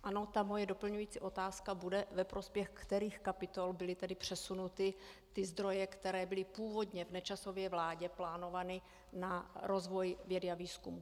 Ano, ta moje doplňující otázka bude: Ve prospěch kterých kapitol byly tedy přesunuty ty zdroje, které byly původně v Nečasově vládě plánovány na rozvoj, vědu a výzkum?